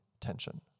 tension